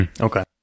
Okay